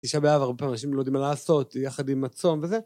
אישה באהבה, הרבה פעמים אנשים לא יודעים מה לעשות, יחד עם מצום וזה.